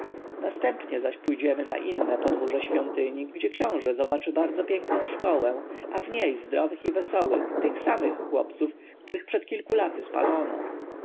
następnie zaś pójdziemy na inne podwórze świątyni gdzie książę zobaczy bardzo piękną szkołę a w niej zdrowych i wesołych tych samych chłopców których przed kilku laty spalono